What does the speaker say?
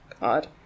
God